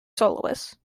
soloists